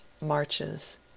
marches